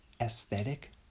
aesthetic